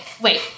wait